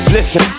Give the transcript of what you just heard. Listen